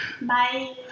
Bye